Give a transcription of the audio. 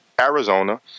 Arizona